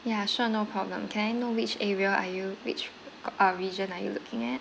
yeah sure no problem can I know which area are you which uh region are you looking at